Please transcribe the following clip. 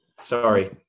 sorry